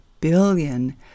billion